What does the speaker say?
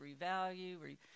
revalue